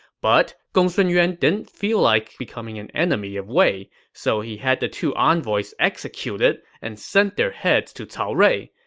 but gongsun yuan didn't really feel like becoming an enemy of wei, so he had the two envoys executed and sent their heads to cao rui.